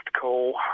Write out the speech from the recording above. call